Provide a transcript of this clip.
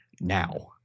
now